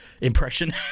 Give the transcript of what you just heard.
impression